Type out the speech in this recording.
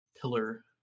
pillar